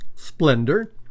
splendor